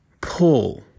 pull